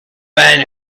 been